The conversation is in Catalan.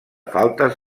faltes